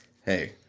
hey